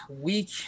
week